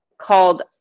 called